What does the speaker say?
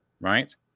right